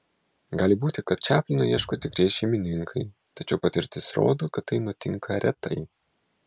gali būti kad čaplino ieško tikrieji šeimininkai tačiau patirtis rodo kad tai nutinka retai